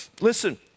listen